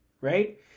right